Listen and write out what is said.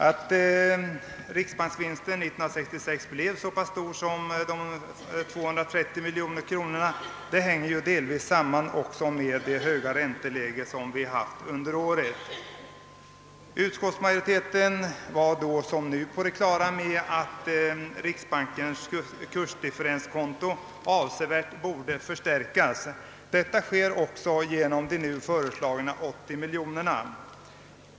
Att riksbanksvinsten 1966 blev så stor som 230 miljoner kronor hänger delvis också samman med det höga ränteläge som vi haft under året. Utskottsmajoriteten var då som nu på det klara med att riksbankens kursdifferenskonto borde förstärkas avsevärt. Detta sker också genom de nu föreslagna 80 miljonerna.